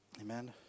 Amen